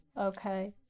okay